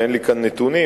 ואין לי כאן נתונים,